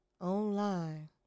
online